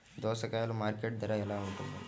దోసకాయలు మార్కెట్ ధర ఎలా ఉంటుంది?